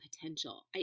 potential